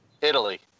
Italy